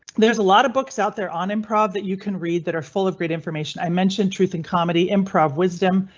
there's a lot of books out there on improv that you can read that are full of great information. i mentioned truth in comedy improv wisdom.